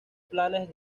planes